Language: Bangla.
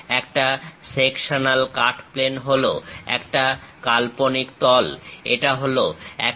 একটা সেকশনাল কাট প্লেন হলো একটা কাল্পনিক তল এটা হলো একটা